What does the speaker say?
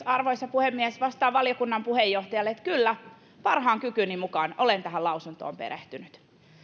arvoisa puhemies vastaan valiokunnan puheenjohtajalle että kyllä parhaan kykyni mukaan olen tähän lausuntoon perehtynyt